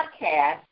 podcast